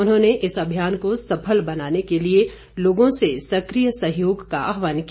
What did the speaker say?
उन्होंने इस अभियान को सफल बनाने के लिए लोगों से सकिय सहयोग का आहवान किया